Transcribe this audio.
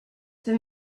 for